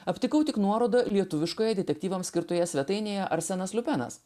aptikau tik nuorodą lietuviškoje detektyvams skirtoje svetainėje arsenas lupenas